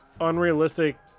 unrealistic